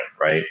right